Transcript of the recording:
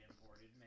imported